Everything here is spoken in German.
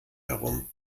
herum